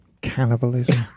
cannibalism